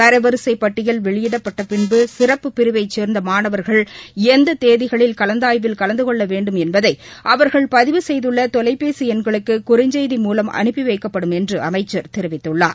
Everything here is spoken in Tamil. தரவரிசைப் பட்டியல் வெளியிட்டப் பின்பு சிறப்புப் பிரிவைச் சேர்ந்த மாணவர்கள் எந்தெந்த தேதிகளில் கலந்தாய்வில் கலந்து கொள்ள வேண்டும் என்பதை அவர்கள் பதிவு செய்துள்ள தொலைபேசிய எண்களுக்கு குறுஞ்செய்தி மூலம் அனுப்பி வைக்கப்படும் என்று அமைச்சர் தெரிவித்துள்ளார்